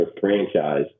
franchise